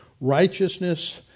Righteousness